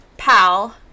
pal